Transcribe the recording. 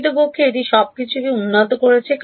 প্রকৃতপক্ষে এটি সবকিছুকে উন্নত করেছে